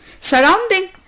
Surrounding